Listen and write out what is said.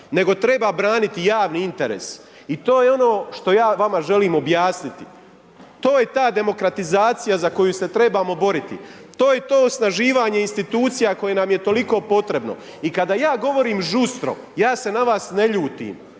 nego treba braniti javni interes i to je ono što ja vama želim objasniti, to je ta demokratizacija za koju se trebamo boriti, to je to osnaživanje institucija koje nam je toliko potrebno. I kada ja govorim žustro, ja se na vas ne ljutim,